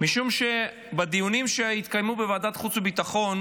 משום שבדיונים שהתקיימו בוועדת חוץ וביטחון